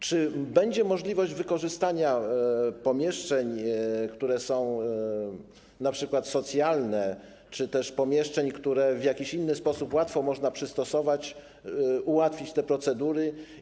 Czy będzie możliwość wykorzystania pomieszczeń, które są np. socjalne, czy też pomieszczeń, które w jakiś inny sposób łatwo można przystosować, ułatwiając te procedury?